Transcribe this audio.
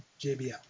JBL